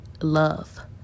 love